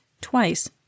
twice